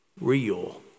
real